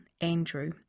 Andrew